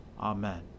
Amen